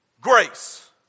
Grace